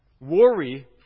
worry